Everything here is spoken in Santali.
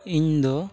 ᱤᱧ ᱫᱚ